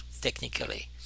technically